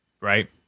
Right